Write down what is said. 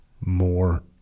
more